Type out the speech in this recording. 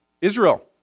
Israel